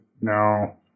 no